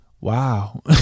wow